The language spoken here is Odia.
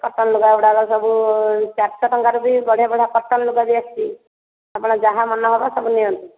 କଟନ ଲୁଗା ଗୁଡ଼ାକ ସବୁ ଚାରିଶହ ଟଙ୍କାରେ ବି ବଢ଼ିଆ ବଢ଼ିଆ କଟନ ଲୁଗା ବି ଆସିଛି ଆପଣ ଯାହା ମନ ହେବ ସବୁ ନିଅନ୍ତୁ